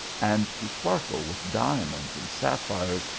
and to sparkle with diamonds and sapphires,